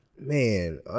Man